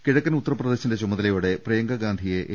കിഴക്കൻ ഉത്തർപ്രദേശിന്റെ ചുമതലയോടെ പ്രിയങ്ക ഗാന്ധിയെ എ